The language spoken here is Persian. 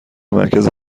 مرکز